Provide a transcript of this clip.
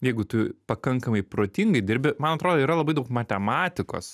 jeigu tu pakankamai protingai dirbi man atrodo yra labai daug matematikos